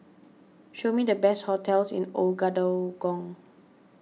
show me the best hotels in Ouagadougou